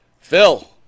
Phil